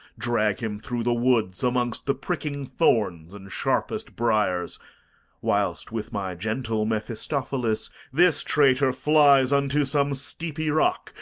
drag him through the woods amongst the pricking thorns and sharpest briers whilst, with my gentle mephistophilis, this traitor flies unto some steepy rock,